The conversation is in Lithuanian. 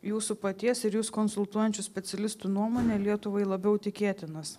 jūsų paties ir jus konsultuojančių specialistų nuomone lietuvai labiau tikėtinas